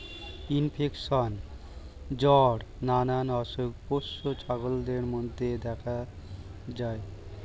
infection, জ্বর নানা অসুখ পোষ্য ছাগলদের মধ্যে দেখা যায়